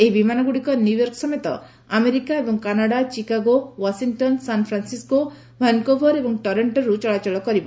ଏହି ବିମାନଗୁଡ଼ିକ ନ୍ୟୁୟର୍କ ସମେତ ଆମେରିକା ଏବଂ କାନାଡାଚିକାଗୋ ୱାସିଂଟନ୍ ସାନ୍ଫ୍ରାନ୍ସିସକୋ ଭାନକୋଭର ଏବଂ ଟରୋଷ୍ଟୋକ୍ନ ଚଳାଚଳ କରିବ